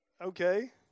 Okay